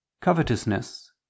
covetousness